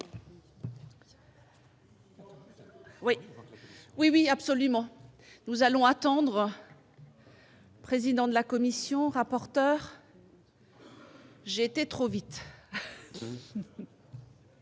oui, oui, absolument, nous allons attendre. Président de la commission rapporteur. J'ai été trop vite.